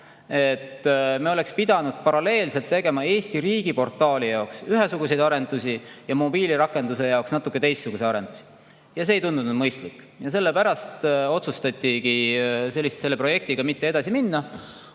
Me oleks pidanud paralleelselt tegema Eesti riigiportaali jaoks ühesuguseid arendusi ja mobiilirakenduse jaoks natuke teistsuguseid arendusi ja see ei tundunud mõistlik. Sellepärast otsustatigi selle projektiga mitte edasi minna,